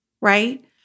right